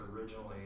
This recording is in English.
originally